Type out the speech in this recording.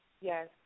Yes